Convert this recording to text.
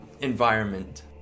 environment